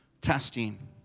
testing